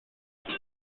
can